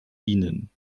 dienen